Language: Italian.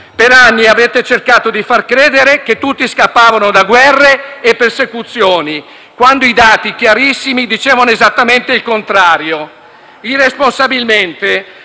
per anni avete cercato di far credere che tutti scappavano da guerre e persecuzioni, quando i dati, chiarissimi, dicevano esattamente il contrario; irresponsabilmente